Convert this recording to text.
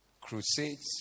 Crusades